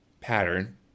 pattern